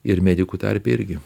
ir medikų tarpe irgi